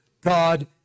God